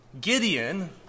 Gideon